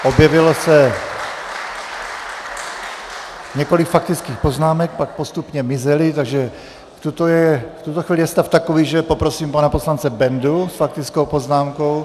Objevilo se několik faktických poznámek, pak postupně mizely, takže v tuto chvíli je stav takový, že poprosím pana poslance Bendu s faktickou poznámkou.